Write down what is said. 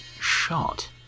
shot